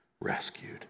rescued